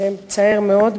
זה מצער מאוד,